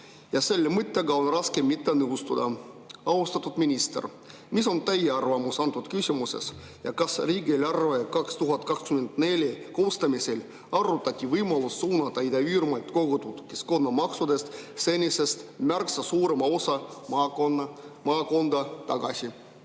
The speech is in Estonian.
Selle mõttega on raske mitte nõustuda. Austatud minister, mis on teie arvamus antud küsimuses? Kas 2024. aasta riigieelarve koostamisel arutati võimalust suunata Ida-Virumaalt kogutud keskkonnamaksudest senisest märksa suurem osa maakonda tagasi?